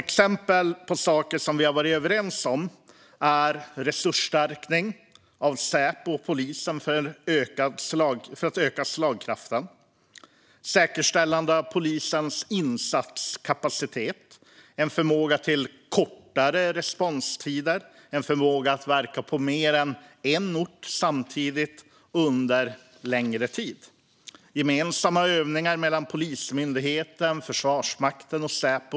Exempel på saker som vi har varit överens om är: resursförstärkning av Säpo och polisen för att öka slagkraften säkerställande av polisens insatskapacitet med en förmåga till kortare responstider och en förmåga att verka på mer än en ort samtidigt och under längre tid gemensamma övningar mellan Polismyndigheten, Försvarsmakten och Säpo.